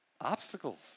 obstacles